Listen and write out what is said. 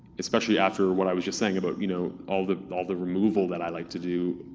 especially after what i was just saying about you know all the all the removal that i like to do,